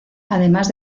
además